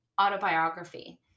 autobiography